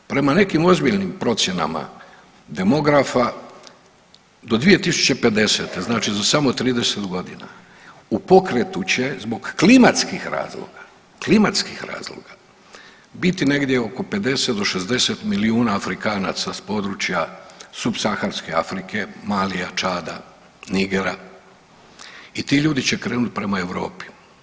Prema nekim ozbiljnim procjenama demografa do 2050., znači za samo 30 godina u pokretu će, zbog klimatskih razloga, klimatskih razloga biti negdje oko 50 do 60 milijuna Afrikanaca s područja subsaharske Afrike, Malija, Čada, Nigera i tu ljudi će krenuti prema Europi.